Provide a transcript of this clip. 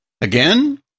Again